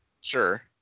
Sure